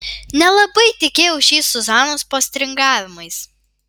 nelabai tikėjau šiais zuzanos postringavimais